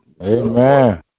Amen